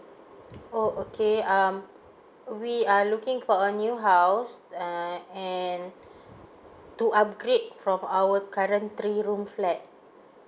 oh okay um we are looking for a new house uh and to upgrade from our current three room flat